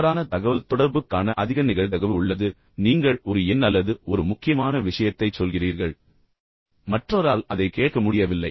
தவறான தகவல்தொடர்புக்கான அதிக நிகழ்தகவு உள்ளது நீங்கள் ஒரு எண் அல்லது ஒரு முக்கியமான விஷயத்தைச் சொல்கிறீர்கள் மற்றவரால் அதை கேட்க முடியவில்லை